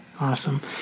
Awesome